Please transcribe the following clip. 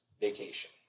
Vacation